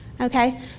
Okay